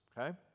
okay